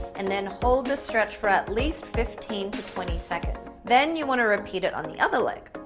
and then hold this stretch for at least fifteen to twenty seconds, then you want to repeat it on the other leg,